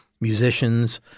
musicians